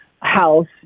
house